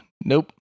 Nope